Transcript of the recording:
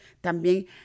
también